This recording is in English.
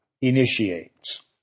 initiates